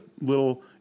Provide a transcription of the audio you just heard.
little